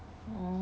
oh